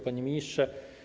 Panie Ministrze!